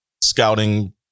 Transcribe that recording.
scouting